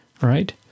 right